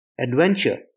Adventure